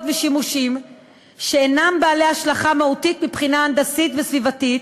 ושימושים שאינם בעלי השלכה מהותית מבחינה הנדסית וסביבתית,